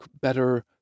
better